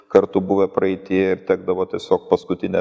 kartų buvę praeityje ir tekdavo tiesiog paskutinę